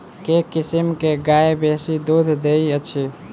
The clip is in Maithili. केँ किसिम केँ गाय बेसी दुध दइ अछि?